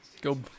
go